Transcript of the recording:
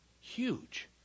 huge